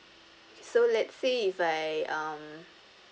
so let's say if I um